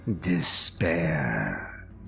despair